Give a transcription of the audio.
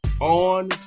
on